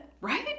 right